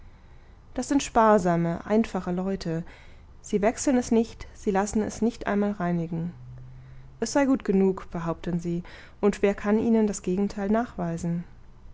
das sind sparsame einfache leute sie wechseln es nicht sie lassen es nicht einmal reinigen es sei gut genug behaupten sie und wer kann ihnen das gegenteil nachweisen